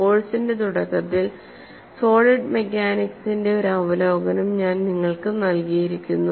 കോഴ്സിന്റെ തുടക്കത്തിൽ സോളിഡ് മെക്കാനിക്സിന്റെ ഒരു അവലോകനം ഞാൻ നിങ്ങൾക്ക് നൽകിയിരുന്നു